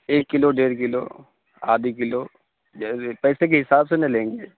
ایک کلو ڈیڑھ کلو آدھی کلو جیسے پیسے کے حساب سے نا لیں گے